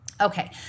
Okay